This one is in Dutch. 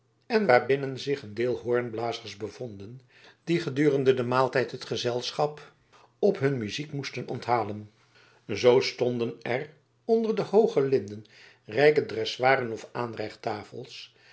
en waar binnen zich een deel hoornblazers bevonden die gedurende den maaltijd het gezelschap op hun muziek moesten onthalen zoo stonden er onder de hooge linden rijke dressoiren of